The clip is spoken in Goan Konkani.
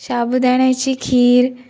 शाबूदाण्याची खीर